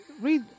Read